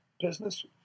business